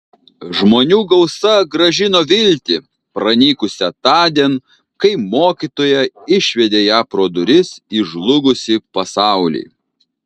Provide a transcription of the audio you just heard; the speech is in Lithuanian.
žmonių gausa grąžino viltį pranykusią tądien kai mokytoja išvedė ją pro duris į žlugusį pasaulį